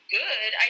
good